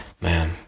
Man